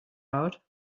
out